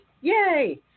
Yay